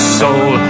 soul